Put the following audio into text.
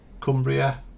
Cumbria